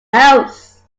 house